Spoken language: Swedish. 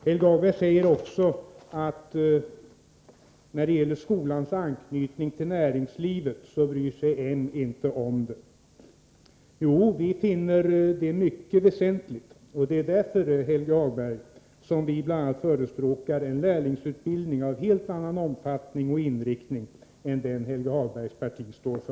Helge Hagberg sade också att moderaterna inte bryr sig om skolans anknytning till näringslivet. Detta är fel — vi finner den anknytningen mycket väsentlig. Det är därför, Helge Hagberg, som vi bl.a. förespråkar en lärlingsutbildning av helt annan omfattning och inriktning än den Helge Hagbergs parti vill ha.